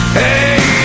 hey